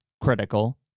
Critical